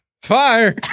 Fire